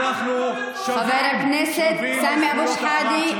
חבר הכנסת סמי אבו שחאדה,